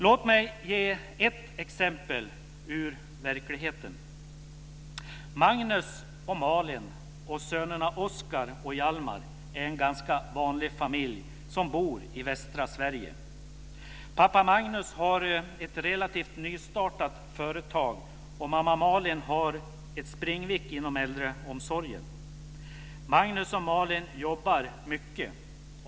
Låt mig ge ett exempel ur verkligheten. Magnus och Malin och sönerna Oskar och Hjalmar är en ganska vanlig familj som bor i västra Sverige. Pappa Magnus har ett relativt nystartat företag, och mamma Malin har ett springvikariat inom äldreomsorgen. Magnus och Malin jobbar mycket.